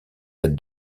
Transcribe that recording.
aide